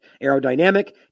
Aerodynamic